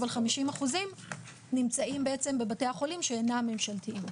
אבל 50% נמצאים בבתי החולים שאינם ממשלתיים.